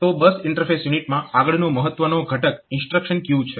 તો bus interface યુનિટમાં આગળનો મહત્વનો ઘટક ઇન્સ્ટ્રક્શન ક્યુ છે